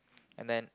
and then